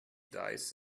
dice